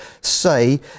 say